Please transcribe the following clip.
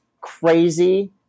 crazy